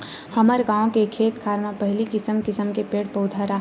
हमर गाँव के खेत खार म पहिली किसम किसम के पेड़ पउधा राहय